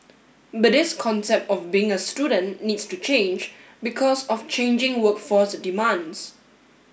but this concept of being a student needs to change because of changing workforce demands